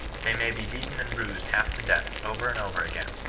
they may be beaten and bruised half to death over and over again,